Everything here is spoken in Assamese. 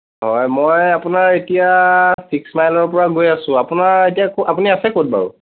হয় মই আপোনাৰ এতিয়া চিক্স মাইলৰ পৰা গৈ আছোঁ আপোনাৰ এতিয়া আপুনি আছে ক'ত বাৰু